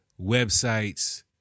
websites